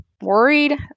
worried